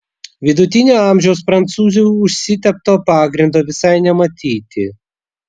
vidutinio amžiaus prancūzių užsitepto pagrindo visai nematyti